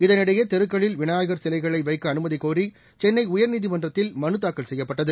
இதனிடையே தெருக்களில் விநாயகர் சிலைகளை வைக்க அனுமதிக்கக் கோரி சென்னை உயர்நீதிமன்றத்தில் மனுதாக்கல் செய்யப்பட்டது